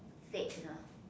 fad !huh!